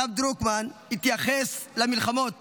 הרב דרוקמן התייחס למלחמות